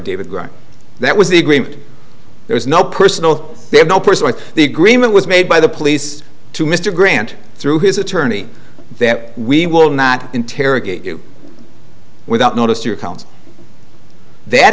gregory that was the agreement there is no personal they have no person on the agreement was made by the police to mr grant through his attorney that we will not interrogate you without notice your account th